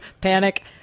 panic